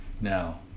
Now